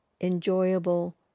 enjoyable